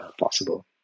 possible